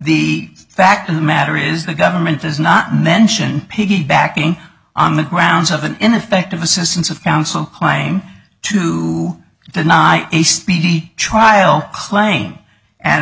the fact of the matter is the government does not mention piggybacking on the grounds of an ineffective assistance of counsel claim to deny a speedy trial claim and